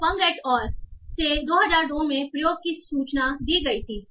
तो Pang et al से 2002 में प्रयोग की सूचना दी गई थी